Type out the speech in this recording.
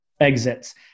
exits